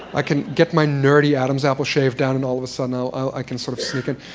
i can get my nerdy adam's apple shaved down and all of a sudden ah i can sort of sneak in.